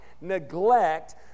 neglect